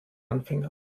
anfänger